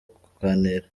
kuganira